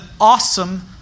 awesome